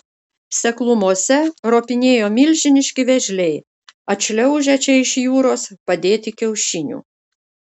seklumose ropinėjo milžiniški vėžliai atšliaužę čia iš jūros padėti kiaušinių